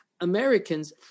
Americans